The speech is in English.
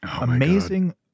amazing